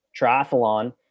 triathlon